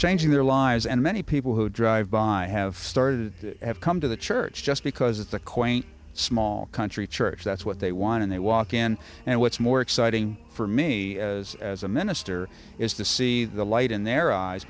changing their lives and many people who drive by have started have come to the church just because it's a quaint small country church that's what they want and they walk in and what's more exciting for me as a minister is to see the light in their eyes